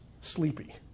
sleepy